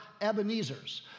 Ebenezers